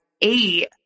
eight